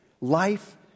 life